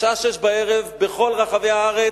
בשעה 18:00, בכל רחבי הארץ,